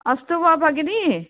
अस्तु वा भगिनी